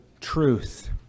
truth